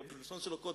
בלשון שלו קודם,